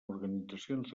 organitzacions